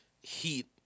Heat